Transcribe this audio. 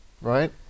right